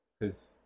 Cause